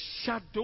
shadow